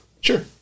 Sure